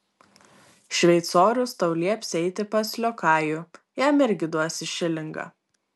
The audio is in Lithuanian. šveicorius tau lieps eiti pas liokajų jam irgi duosi šilingą